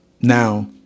Now